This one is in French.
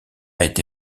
été